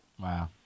wow